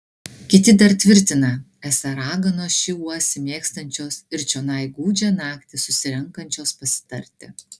kiti dar tvirtina esą raganos šį uosį mėgstančios ir čionai gūdžią naktį susirenkančios pasitarti